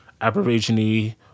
Aborigine